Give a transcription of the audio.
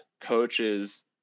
coaches